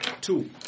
two